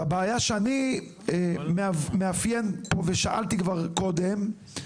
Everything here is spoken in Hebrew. והבעיה שאני מאפיין פה, ושאלתי כבר קודם,